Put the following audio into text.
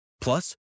Plus